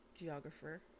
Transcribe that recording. geographer